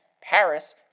Paris